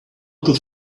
uncle